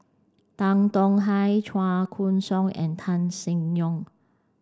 Tan Tong Hye Chua Koon Siong and Tan Seng Yong